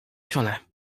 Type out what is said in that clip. czole